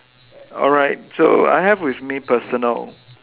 alright so I have with me personal